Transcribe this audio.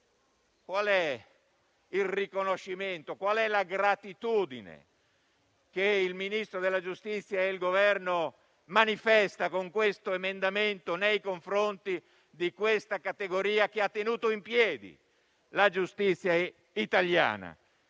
qual è il riconoscimento, quale la gratitudine che il Ministro della giustizia e il Governo manifestano con l'emendamento citato nei confronti di questa categoria che ha tenuto in piedi la giustizia italiana?